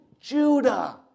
Judah